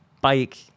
bike